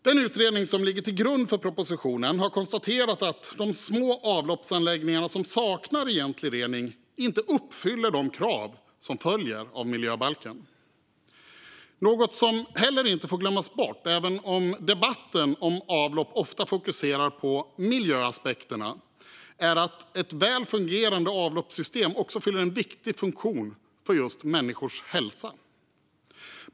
Den utredning som ligger till grund för propositionen har konstaterat att de små avloppsanläggningarna som saknar egentlig rening inte uppfyller de krav som följer av miljöbalken. Något som inte heller får glömmas bort, även om debatten om avlopp ofta fokuserar på miljöaspekterna, är att väl fungerande avloppssystem också fyller en viktig funktion för människors hälsa.